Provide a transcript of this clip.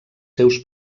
seus